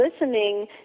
listening